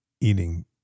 eating